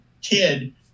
kid